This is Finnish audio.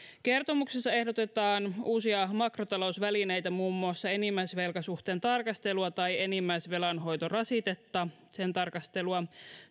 kertomuksessa ehdotetaan uusia makrotalousvälineitä muun muassa enimmäisvelkasuhteen tarkastelua tai enimmäisvelanhoitorasitteen tarkastelua